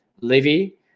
Livy